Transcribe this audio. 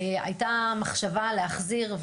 הייתה מחשבה להחזיר,